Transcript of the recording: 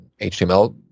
HTML